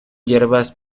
hierbas